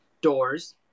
doors